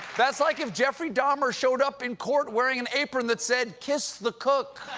that's like if jeffrey dahmer showed up in court wearing an apron that said kiss the cook.